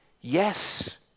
yes